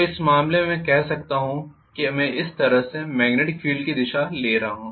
तो इस मामले में मैं कह सकता हूं कि मैं इस तरह से मॅग्नेटिक फील्ड की दिशा देख रहा हूं